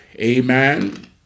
Amen